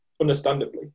understandably